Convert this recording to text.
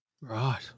Right